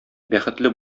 бәхетле